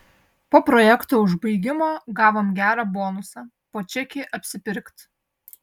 po projekto užbaigimo gavom gerą bonusą po čekį apsipirkt